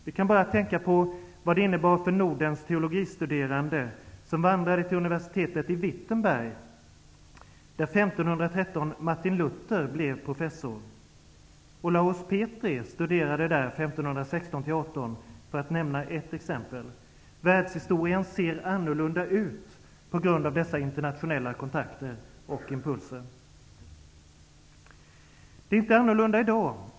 Tänk bara på vad detta innebar för Nordens teologistuderande, som vandrade till universitetet i Världshistorien ser annorlunda ut på grund av dessa internationella kontakter och impulser. Det är inte annorlunda i dag.